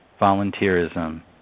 Volunteerism